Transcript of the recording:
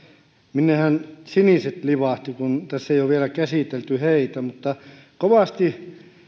minnehän siniset livahtivat kun tässä ei ole vielä käsitelty heitä kovasti